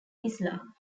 islam